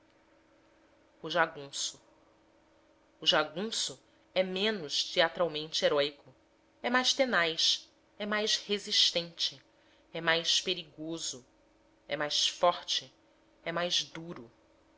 o jagunço o jagunço é menos teatralmente heróico é mais tenaz é mais resistente é mais perigoso é mais forte é mais duro